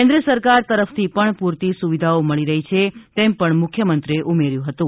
કેન્દ્ર સરકાર તરફથી પણ પૂરતી સુવિધાઓ મળી રહી છે તેમ પણ મુખ્યમંત્રીએ ઉમેર્યું હતું